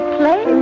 play